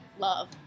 love